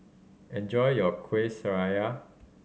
enjoy your kuih sraya